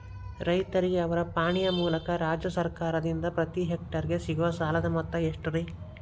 ರೈತರಿಗೆ ಅವರ ಪಾಣಿಯ ಮೂಲಕ ರಾಜ್ಯ ಸರ್ಕಾರದಿಂದ ಪ್ರತಿ ಹೆಕ್ಟರ್ ಗೆ ಸಿಗುವ ಸಾಲದ ಮೊತ್ತ ಎಷ್ಟು ರೇ?